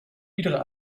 iedere